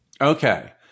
Okay